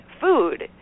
food